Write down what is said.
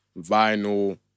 vinyl